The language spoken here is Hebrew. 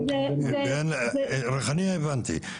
ריחאניה הבנתי,